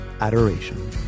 Adoration